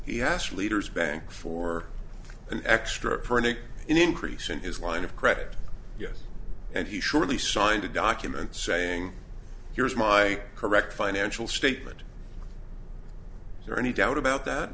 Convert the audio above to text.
has leaders bank for an extra pernik increase in his line of credit yes and he surely signed a document saying here's my correct financial statement is there any doubt about that